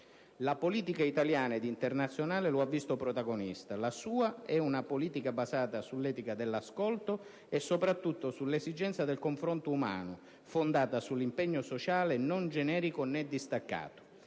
La politica italiana ed internazionale lo ha visto protagonista: la sua è una politica basata sull'etica dell'ascolto e soprattutto sull'esigenza del confronto umano, fondata sull'impegno sociale non generico né distaccato.